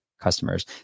customers